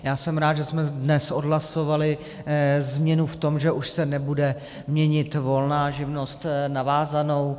Já jsem rád, že jsme dnes odhlasovali změnu v tom, že už se nebude měnit volná živnost na vázanou.